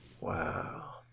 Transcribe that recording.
Wow